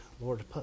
Lord